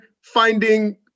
finding